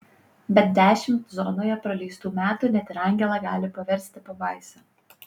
bet dešimt zonoje praleistų metų net ir angelą gali paversti pabaisa